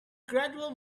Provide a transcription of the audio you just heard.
gradual